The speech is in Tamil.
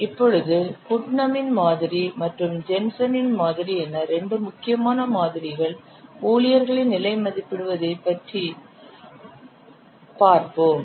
இப்பொழுது புட்னமின் மாதிரி Putnam's model மற்றும் ஜென்சனின் மாதிரி Jensen's model என இரண்டு முக்கியமான மாதிரிகள் ஊழியர்களின் நிலையை மதிப்பிடுவதை பற்றி பார்ப்போம்